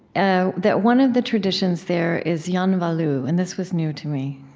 ah that one of the traditions there is yanvalou. and this was new to me.